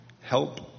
Help